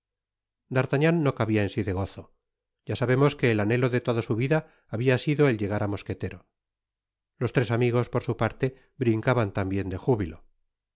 d'artagnan no cabia en sí de gozo ya sabemos que el anhelo de toda su vida habia sido el llegar á mosquetero los tres amigos por su parte brincaban tambien de júbilo